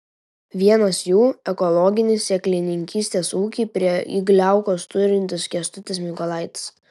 vienas jų ekologinį sėklininkystės ūkį prie igliaukos turintis kęstutis mykolaitis